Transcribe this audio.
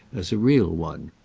as a real one.